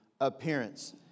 appearance